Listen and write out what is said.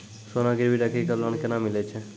सोना गिरवी राखी कऽ लोन केना मिलै छै?